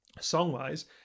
song-wise